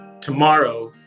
tomorrow